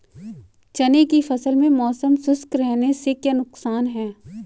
चने की फसल में मौसम शुष्क रहने से क्या नुकसान है?